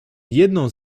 jedną